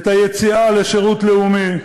את היציאה לשירות לאומי,